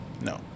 No